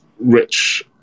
rich